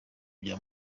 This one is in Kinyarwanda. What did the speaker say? bya